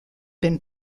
been